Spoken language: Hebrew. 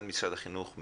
משרד החינוך,